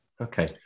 Okay